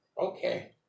Okay